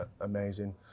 amazing